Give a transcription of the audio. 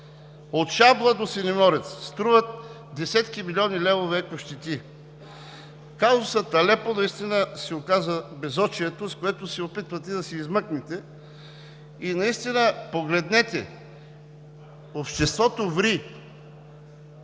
от Шабла до Синеморец, струва десетки милиони левове екощети. Казусът Алепу наистина се оказа безочието, с което се опитвате да се измъкнете. Наистина погледнете – обществото ври.